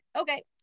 okay